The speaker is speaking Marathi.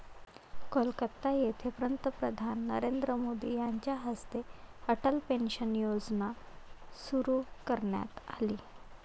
कोलकाता येथे पंतप्रधान नरेंद्र मोदी यांच्या हस्ते अटल पेन्शन योजना सुरू करण्यात आली